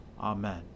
Amen